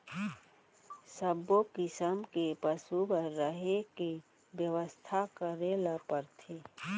सब्बो किसम के पसु बर रहें के बेवस्था करे ल परथे